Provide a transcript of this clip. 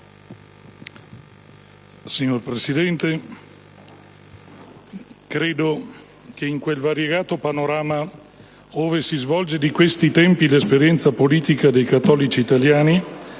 Signor Presidente, credo che in quel variegato panorama ove si svolge di questi tempi l'esperienza politica dei cattolici italiani